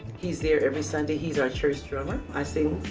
he's there every sunday. he's our church drummer. i sing.